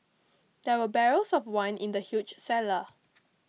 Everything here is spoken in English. there were barrels of wine in the huge cellar